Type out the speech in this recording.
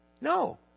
No